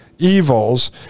evils